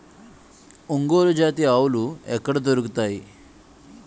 ఒంగోలు జాతి ఆవులు ఎక్కడ దొరుకుతాయి?